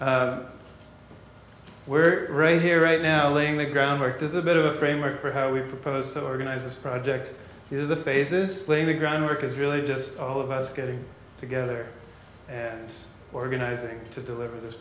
we're right here right now laying the groundwork does a bit of a framework for how we propose to organize this project is the phases laying the groundwork is really just all of us getting together and it's organizing to deliver this